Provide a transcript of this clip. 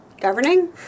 Governing